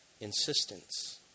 insistence